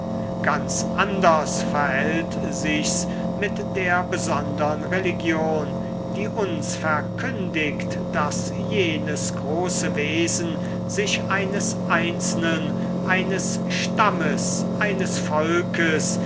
ganz anders verhält sich's mit der besondern religion die uns verkündigt daß jenes große wesen sich eines einzelnen eines stammes eines volkes